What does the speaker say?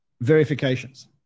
verifications